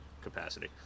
capacity